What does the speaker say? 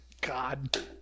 God